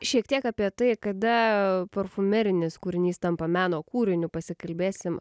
šiek tiek apie tai kada parfumerinis kūrinys tampa meno kūriniu pasikalbėsim